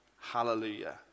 Hallelujah